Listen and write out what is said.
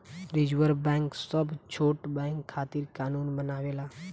reserve Bank सब छोट bank खातिर कानून बनावेला